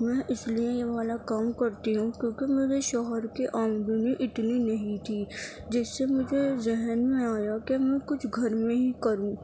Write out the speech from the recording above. میں اس لیے یہ والا کام کرتی ہوں کیوںکہ میرے شوہر کی آمدنی اتنی نہیں تھی جس سے مجھے ذہن میں آیا کہ میں کچھ گھر میں ہی کروں